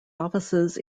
offices